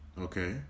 Okay